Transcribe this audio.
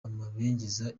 amabengeza